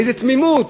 באיזו תמימות,